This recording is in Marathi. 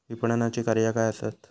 विपणनाची कार्या काय काय आसत?